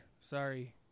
Sorry